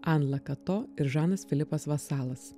an lakato ir žanas filipas vasalas